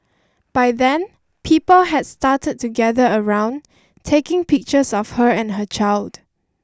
by then people had started to gather around taking pictures of her and her child